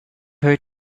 her